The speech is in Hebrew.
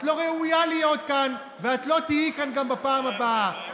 את לא ראויה להיות כאן ואת לא תהיי כאן גם בפעם הבאה.